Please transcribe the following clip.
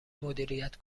مدیریت